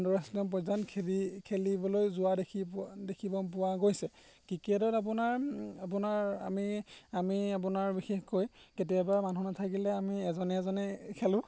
international পৰ্যায়ত খেলি খেলিবলৈ যোৱা দেখি পোৱা দেখিব পোৱা গৈছে ক্ৰিকেটত আপোনাৰ আপোনাৰ আমি আমি আপোনাৰ বিশেষকৈ কেতিয়াবা মানুহ নেথাকিলে আমি এজনে এজনে খেলোঁ